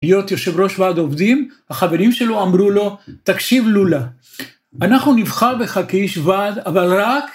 להיות יושב ראש ועד עובדים, החברים שלו אמרו לו, תקשיב לולה. אנחנו נבחר בך כאיש ועד, אבל רק